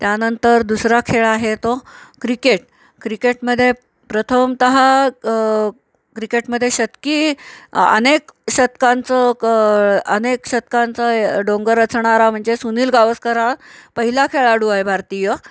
त्यानंतर दुसरा खेळ आहे तो क्रिकेट क्रिकेटमध्ये प्रथमतः क्रिकेटमध्ये शतकी अनेक शतकांचं क अनेक शतकांचं डोंगर रचणारा म्हणजे सुनील गावस्कर हा पहिला खेळाडू आहे भारतीय